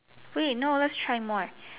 wait no lets try more